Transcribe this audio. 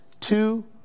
two